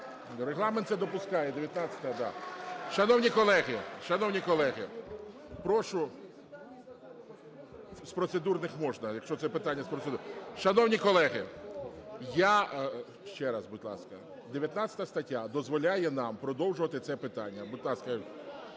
Регламент це допускає, 19-а, да. Шановні колеги, шановні колеги, прошу… З процедурних можна, якщо це питання з процедурних… Шановні колеги, я, ще раз, будь ласка, 19 стаття дозволяє нам продовжувати це питання. Будь ласка,